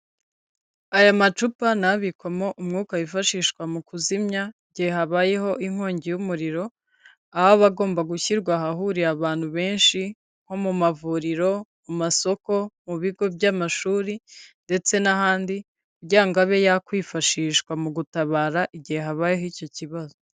Aya macupa nayabikwamo umwuka wifashishwa mu kuzimya igihe habayeho inkongi y'umuriro aho aba agomba gushyirwa ahahurira abantu benshi nko mu mavuriro, mu masoko, mu bigo by'amashuri ndetse n'ahandi kugira ngo abe yakwifashishwa mu gutabara igihe habayeho icyo kibazo.